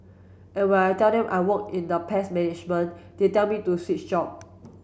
and when I tell them I work in the pest management they tell me to switch job